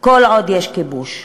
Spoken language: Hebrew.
כל עוד יש כיבוש,